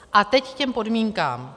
A teď k těm podmínkám.